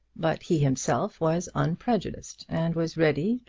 but he himself was unprejudiced, and was ready,